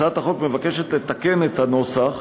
הצעת החוק מבקשת לתקן את הנוסח,